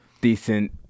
decent